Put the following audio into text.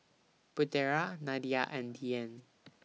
Putera Nadia and Dian